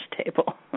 table